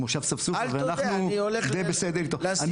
מושב ספסופה ואנחנו די בסדר איתו.